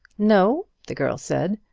no, the girl said.